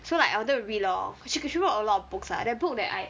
so like I wanted to read lor cau~ cause she wrote a lot of books uh the book that I